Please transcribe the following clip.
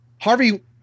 Harvey